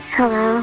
Hello